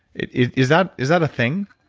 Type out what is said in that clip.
is that is that a thing?